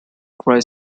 cry